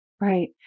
Right